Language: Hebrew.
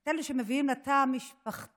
את אלה שמביאים לתא המשפחתי